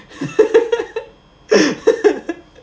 because I think